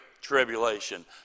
tribulation